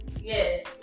Yes